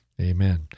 Amen